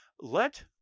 let